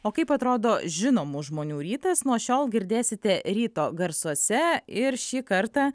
o kaip atrodo žinomų žmonių rytas nuo šiol girdėsite ryto garsuose ir šį kartą